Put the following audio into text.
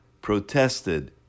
protested